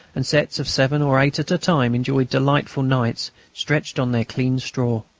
and sets of seven or eight at a time enjoyed delightful nights, stretched on their clean straw.